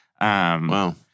Wow